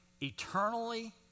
Eternally